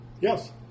Yes